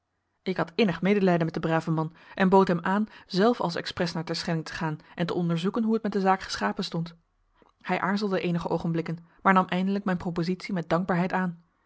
ik had innig medelijden met den braven man en bood hem aan zelf als expres naar terschelling te gaan en te onderzoeken hoe het met de zaak geschapen stond hij aarzelde eenige oogenblikken maar nam eindelijk mijn propositie met dankbaarheid aan